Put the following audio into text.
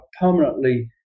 permanently